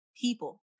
people